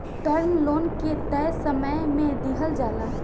term loan के तय समय में दिहल जाला